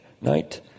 Night